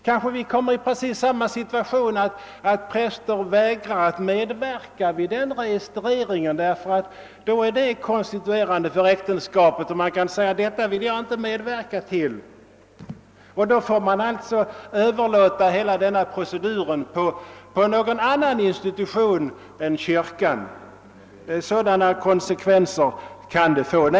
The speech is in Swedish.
Kanske vi då kommer i precis samma situation — präster vägrar medverka vid registreringen därför att den är konstituerande för ett äktenskap som de inte kan godta. Då får man alltså överlåta hela proceduren på någon annan institution än kyrkan. Sådana kan konsekvenserna bli.